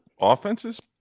offenses